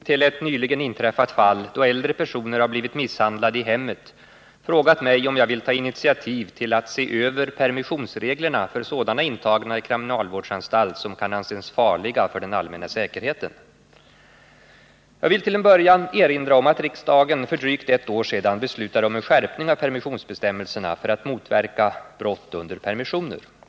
Herr talman! Rune Gustavsson har — med hänvisning till ett nyligen inträffat fall då äldre personer har blivit misshandlade i hemmet — frågat mig om jag vill ta initiativ till att se över permissionsreglerna för sådana intagna i kriminalvårdsanstalt som kan anses farliga för den allmänna säkerheten. Jag vill till en början erinra om att riksdagen för drygt ett år sedan beslutade om en skärpning av permissionsbestämmelserna för att motverka brott under permissioner.